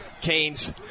Canes